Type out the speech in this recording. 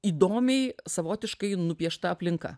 įdomiai savotiškai nupiešta aplinka